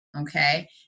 Okay